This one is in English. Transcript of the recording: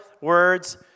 words